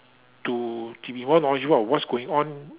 to to be knowledgeable of what's going on